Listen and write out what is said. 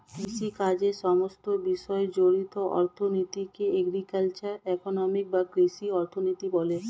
কৃষিকাজের সমস্ত বিষয় জড়িত অর্থনীতিকে এগ্রিকালচারাল ইকোনমিক্স বা কৃষি অর্থনীতি বলে